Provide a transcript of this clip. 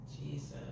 Jesus